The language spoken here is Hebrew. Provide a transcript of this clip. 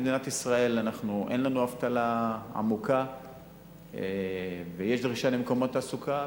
במדינת ישראל אין לנו אבטלה עמוקה ויש דרישה למקומות תעסוקה,